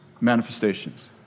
manifestations